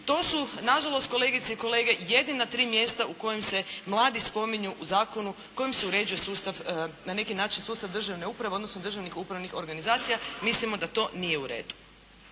To su na žalost kolegice i kolege jedina tri mjesta u kojem se mladi spominju u zakonu kojim se uređuje sustav, na neki način sustav državne uprave, odnosno državnih upravnih organizacija. Mislimo da to nije u redu.